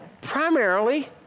primarily